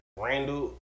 Randall